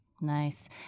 Nice